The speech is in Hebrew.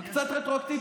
עם קצת רטרואקטיבית,